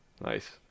Nice